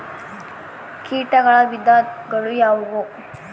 ಕೇಟಗಳ ವಿಧಗಳು ಯಾವುವು?